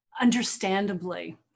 understandably